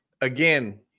again